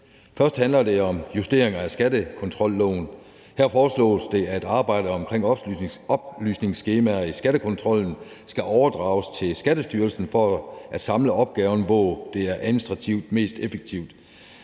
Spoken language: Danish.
Først handler det om justeringer af skattekontrolloven. Her foreslås det, at arbejdet omkring oplysningsskemaer i skattekontrollen skal overdrages til Skattestyrelsen for at samle opgaven, hvor det er administrativt mest effektivt.